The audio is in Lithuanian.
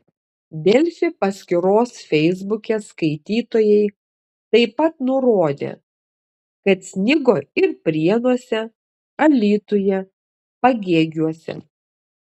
delfi paskyros feisbuke skaitytojai taip pat nurodė kad snigo ir prienuose alytuje pagėgiuose